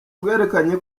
bwerekanye